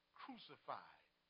crucified